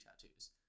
tattoos